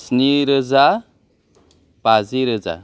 स्निरोजा बाजिरोजा